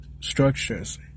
structures